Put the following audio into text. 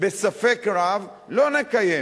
בספק רב, לא נקיים.